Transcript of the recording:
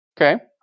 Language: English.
Okay